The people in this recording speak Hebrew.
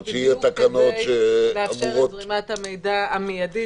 כדי לאפשר את זרימת המידע המיידית,